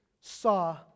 saw